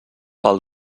pel